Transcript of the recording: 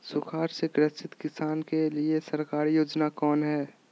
सुखाड़ से ग्रसित किसान के लिए सरकारी योजना कौन हय?